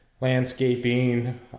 landscaping